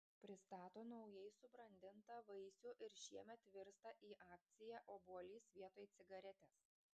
pristato naujai subrandintą vaisių ir šiemet virsta į akciją obuolys vietoj cigaretės